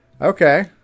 Okay